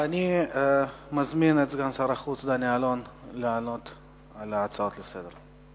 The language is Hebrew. אני מזמין את סגן שר החוץ דני אילון לענות על ההצעות לסדר-היום.